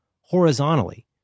horizontally